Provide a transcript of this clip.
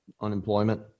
unemployment